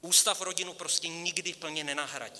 Ústav rodinu prostě nikdy plně nenahradí.